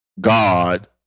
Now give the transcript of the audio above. God